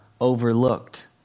overlooked